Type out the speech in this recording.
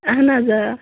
اہَن حظ آ